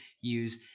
use